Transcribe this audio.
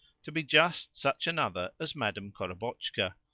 to be just such another as madam korobotchka,